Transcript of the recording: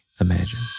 imagine